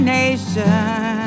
nation